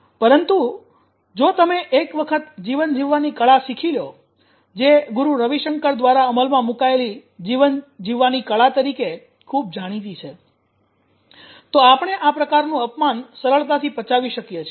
પરંતુ જો તમે એક વખત જીવન જીવવાની કળા શીખી લો જે ગુરુ રવિશંકર દ્વારા અમલમાં મુકાયેલી જીવન જીવવાની કળા તરીકે ખૂબ જાણીતી છે તો આપણે આ પ્રકારનું અપમાન સરળતાથી પચાવી શકીએ છીએ